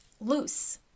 loose